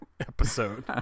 episode